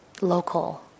local